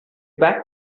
back